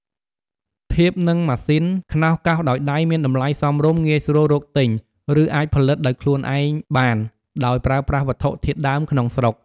ធៀបនឹងម៉ាស៊ីន ខ្នោសកោសដោយដៃមានតម្លៃសមរម្យ ងាយស្រួលរកទិញ ឬអាចផលិតដោយខ្លួនឯងបាន ដោយប្រើប្រាស់វត្ថុធាតុដើមក្នុងស្រុក។